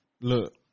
Look